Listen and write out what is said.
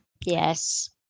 Yes